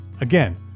Again